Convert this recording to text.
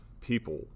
people